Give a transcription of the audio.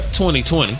2020